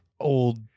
old